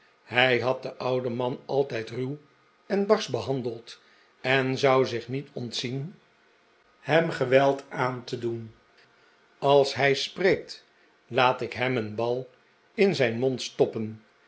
hij had den ouden man altijd ruw en barsch behandeld en zou zich niet ontzien hem geweld aan te doen als hij spreekt laat ik hem een bal in zijn mond stoppen